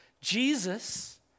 Jesus